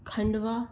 Khandwa